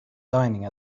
dining